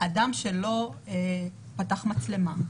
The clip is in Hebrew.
שלא פתח מצלמה,